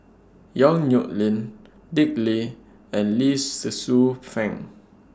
Yong Nyuk Lin Dick Lee and Lee Tzu Pheng